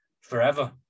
forever